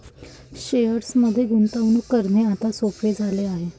शेअर्समध्ये गुंतवणूक करणे आता सोपे झाले आहे